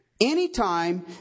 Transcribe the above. anytime